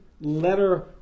letter